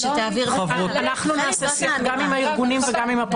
אז שתעביר ------ נעשה סיכום גם עם הארגונים וגם עם הפרקליטות.